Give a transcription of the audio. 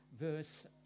verse